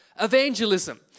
evangelism